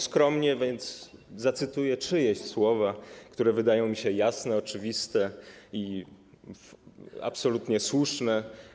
Skromnie, więc zacytuję czyjeś słowa, które wydają mi się jasne, oczywiste i absolutnie słuszne.